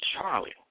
Charlie